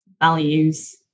values